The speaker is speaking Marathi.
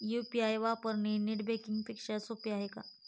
यु.पी.आय वापरणे नेट बँकिंग पेक्षा सोपे आहे का?